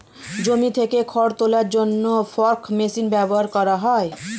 জমি থেকে খড় তোলার জন্য ফর্ক মেশিন ব্যবহার করা হয়